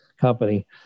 company